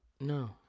no